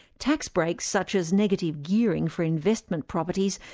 tax breaks such as negative gearing for investment properties,